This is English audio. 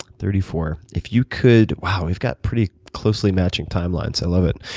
thirty four. if you could wow, we've got pretty closely matching timelines. i love it.